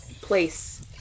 place